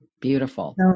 beautiful